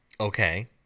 Okay